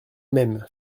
même